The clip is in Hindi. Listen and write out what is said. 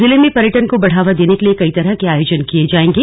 जिले में पर्यटन को बढ़ावा देने के लिए कई तरह के आयोजन किये जाएंगे